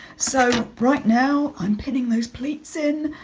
so right now i'm pinning those pleats in.